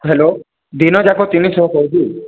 hello ଦିନ ଯାକ ତିନି ଶହ କହୁଛି